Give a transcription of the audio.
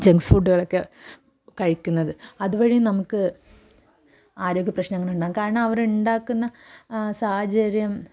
junks ഫുഡ്ഡുകളൊക്കെ കഴിക്കുന്നത് അതുവഴി നമുക്ക് ആരോഗ്യപ്രശ്നങ്ങൾ ഉണ്ടാകും കാരണം അവരുണ്ടാക്കുന്ന സാഹചര്യം